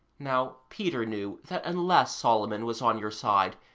now peter knew that unless solomon was on your side,